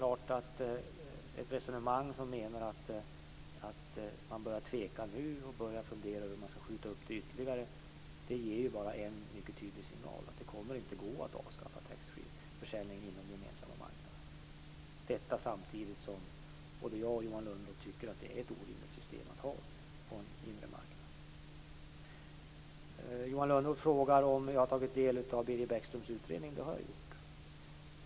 Att nu börja tveka och fundera över hur frågan skall kunna skjutas upp ger en tydlig signal, nämligen att det kommer inte att gå att avskaffa taxfreeförsäljningen inom den gemensamma marknaden. Samtidigt tycker både Johan Lönnroth och jag att det är ett dåligt system att ha inom en inre marknad. Johan Lönnroth undrar om jag har tagit del av Birger Bäckströms utredning. Det har jag gjort.